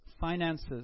finances